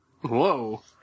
Whoa